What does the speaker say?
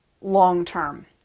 long-term